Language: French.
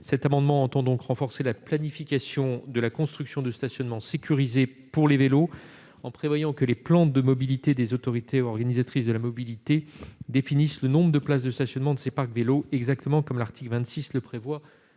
Cet amendement tend donc à renforcer la planification de la construction de stationnements sécurisés pour les vélos en prévoyant que les plans de mobilités des AOM définissent le nombre de places de stationnements de ces parcs vélos, exactement comme l'article 26 le prévoit